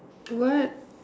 what